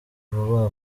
vuba